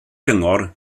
gyngor